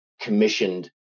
commissioned